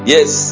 Yes